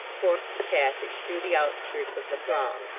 forced a passage through the outskirts of the throng,